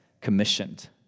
commissioned